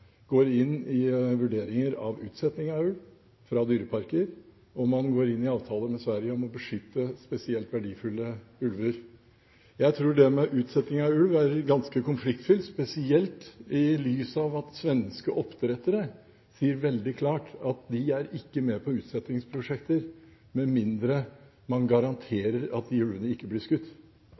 går inn i vurderinger av utsetting av ulv fra dyreparker. Man går inn i avtaler med Sverige om å beskytte spesielt verdifulle ulver. Jeg tror at utsetting av ulv er ganske konfliktfylt, spesielt i lys av at svenske oppdrettere veldig klart sier at de ikke er med på utsettingsprosjekter med mindre man garanterer at de ulvene ikke blir skutt.